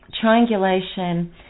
triangulation